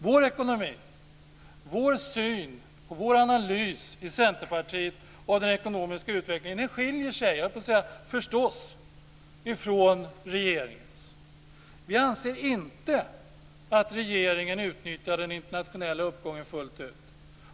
Vår ekonomi i Centerpartiet, vår syn på och vår analys av den ekonomiska utvecklingen, skiljer sig förstås från regeringens. Vi anser inte att regeringen utnyttjar den internationella uppgången fullt ut.